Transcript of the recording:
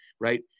right